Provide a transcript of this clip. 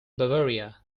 bavaria